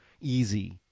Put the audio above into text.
easy